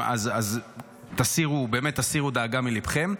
אז באמת תסירו דאגה מליבכם.